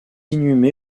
inhumé